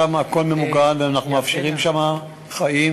שם הכול ממוגן ואנחנו מאפשרים שם חיים,